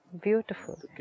Beautiful